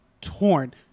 torn